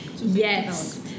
yes